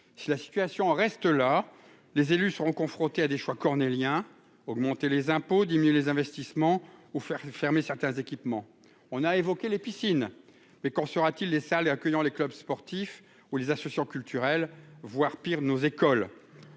si la situation reste là, les élus seront confrontés à des choix cornéliens, augmenter les impôts diminuer les investissements ou Ferré, fermer certains équipements, on a évoqué les piscines, mais qu'en sera-t-il des salles accueillant les clubs sportifs ou les socio-culturel, voire pire, nos écoles,